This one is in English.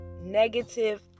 negative